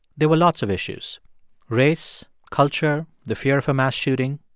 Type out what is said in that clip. there were lots of issues race, culture, the fear of a mass shooting.